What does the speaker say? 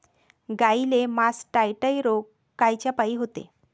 गाईले मासटायटय रोग कायच्यापाई होते?